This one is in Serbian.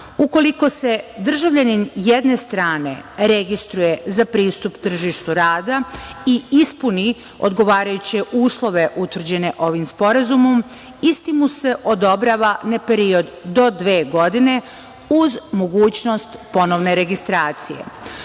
Ukoliko se državljanin jedne strane registruje za pristup tržištu rada i ispuni odgovarajuće uslove utvrđene ovim sporazumom, isti mu se odobrava na period do dve godine, uz mogućnost ponovne registracije.